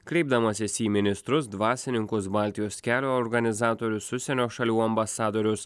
kreipdamasis į ministrus dvasininkus baltijos kelio organizatorius užsienio šalių ambasadorius